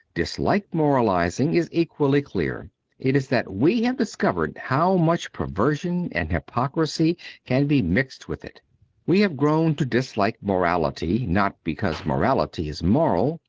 dislike moralizing is equally clear it is that we have discovered how much perversion and hypocrisy can be mixed with it we have grown to dislike morality not because morality is moral,